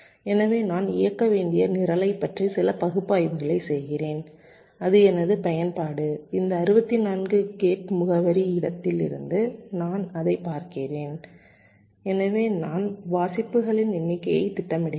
எனவே நான் இயக்க வேண்டிய நிரலைப் பற்றி சில பகுப்பாய்வுகளைச் செய்கிறேன் அது எனது பயன்பாடு இந்த 64 கே முகவரி இடத்திலிருந்து நான் அதைப் பார்க்கிறேன் எனவே நான் வாசிப்புகளின் எண்ணிக்கையைத் திட்டமிடுகிறேன்